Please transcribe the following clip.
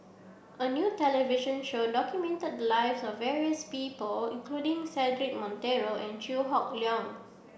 a new television show documented the lives of various people including Cedric Monteiro and Chew Hock Leong